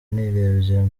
nirebye